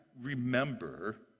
remember